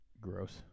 gross